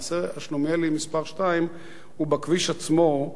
מעשה שלומיאלי מספר שתיים הוא בכביש עצמו,